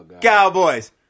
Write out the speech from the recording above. Cowboys